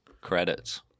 credits